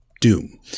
doom